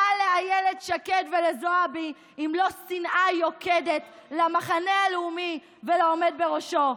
מה לאילת שקד ולזועבי אם לא שנאה יוקדת למחנה הלאומי ולעומד בראשו?